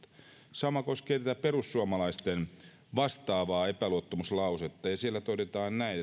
sama koskee tätä perussuomalaisten vastaavaa epäluottamuslausetta ja siellä todetaan näin